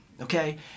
okay